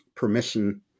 permission